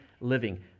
living